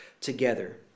together